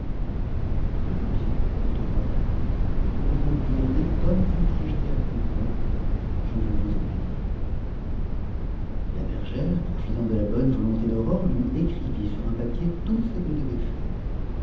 je le veux bien dit aurore vous pouvez me gouverner comme vous le jugerez à propos je veux vous obéir la bergère profitant de la bonne volonté d'aurore lui écrivit sur un papier tout ce qu'elle devait faire